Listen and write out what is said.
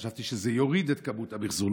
חשבתי שזה יוריד את כמות המחזור,